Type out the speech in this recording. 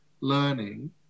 learning